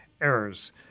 errors